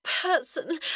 person